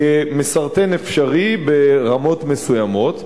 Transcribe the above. כמסרטן אפשרי ברמות מסוימות.